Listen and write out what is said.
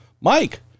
Mike